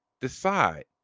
decide